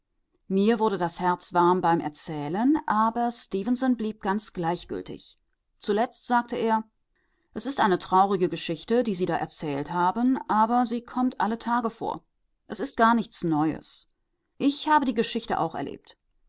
mir wurde das herz warm beim erzählen aber stefenson blieb ganz gleichgültig zuletzt sagte er es ist eine traurige geschichte die sie da erzählt haben aber sie kommt alle tage vor es ist gar nichts neues ich habe die geschichte auch erlebt